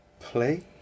Play